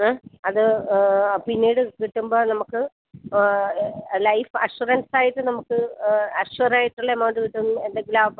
ഏ അത് പിന്നീട് കിട്ടുമ്പം നമുക്ക് ലൈഫ് അഷുറൻസായിട്ട് നമുക്ക് അഷുറായിട്ടുള്ള എമൗണ്ട് കിട്ടും എന്തൊക്കെ ലാഭം